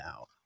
out